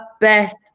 best